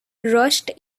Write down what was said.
rushed